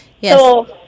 Yes